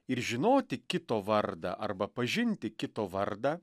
ir žinoti kito vardą arba pažinti kito vardą